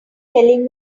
telling